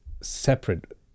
separate